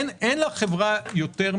אין לחברה יותר מידע.